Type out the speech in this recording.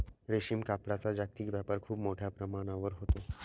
रेशीम कापडाचा जागतिक व्यापार खूप मोठ्या प्रमाणावर होतो